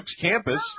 campus